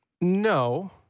No